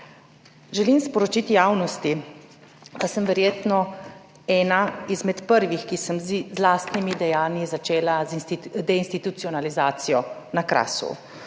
Želim sporočiti javnosti, da sem verjetno ena izmed prvih, ki smo z lastnimi dejanji začeli z deinstitucionalizacijo na Krasu.